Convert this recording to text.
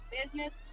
business